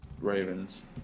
Ravens